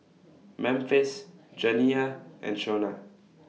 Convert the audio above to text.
Memphis Janiah and Shona